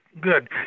good